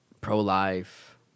pro-life